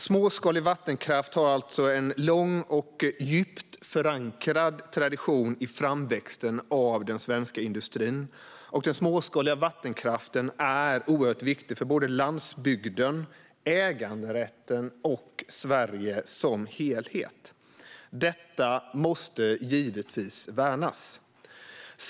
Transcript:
Småskalig vattenkraft har alltså en lång och djupt förankrad tradition i framväxten av den svenska industrin, och den småskaliga vattenkraften är oerhört viktig för landsbygden, äganderätten och Sverige som helhet. Detta måste givetvis värnas.